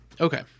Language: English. Okay